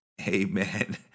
amen